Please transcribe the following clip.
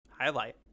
highlight